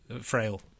frail